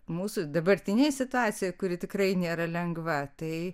mūsų dabartinė situacija kuri tikrai nėra lengva tai